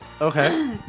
Okay